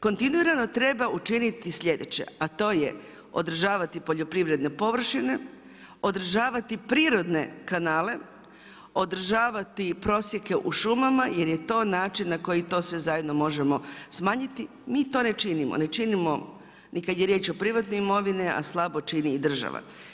Kontinuirano treba učiniti slijedeće, a to je održavati poljoprivredne površine, održavati prirodne kanale, održavati prosjeke u šumama jer je to način na koji to sve zajedno možemo smanjiti, mi to ne činimo, ne činimo ni kad je riječ o privatnoj imovini, a slabo čini i država.